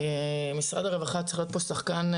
משרד הרווחה צריך להיות פה שחקן,